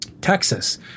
Texas